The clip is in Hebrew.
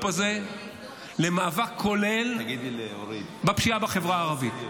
הזה למאבק כולל בפשיעה בחברה הערבית.